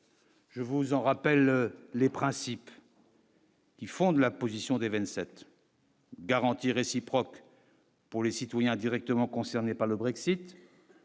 Je vous en rappelle les principes. Qui fonde la position des 27. Garantie réciproque pour les citoyens, directement concernés par le Brexit